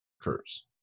occurs